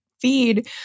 feed